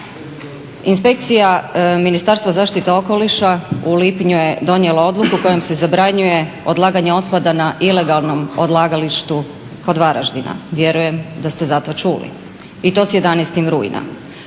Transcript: Inspekcija Ministarstva zaštite okoliša u lipnju je donijela odluku kojom se zabranjuje odlaganje otpada na ilegalnom odlagalištu kod Varaždina, vjerujem da ste za to čuli, i to s 11. rujna.